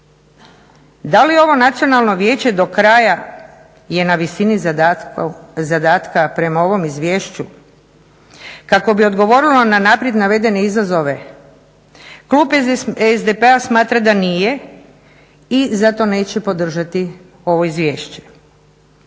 Da li je ovo nacionalno vijeće do kraja na visini zadatka prema ovom izvješću kako bi odgovorilo na unaprijed navedene izazove? Klub SDP-a misli da nije i zato neće podržati ovo izvješće.